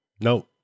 no